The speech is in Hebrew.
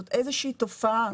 זאת איזושהי תופעה.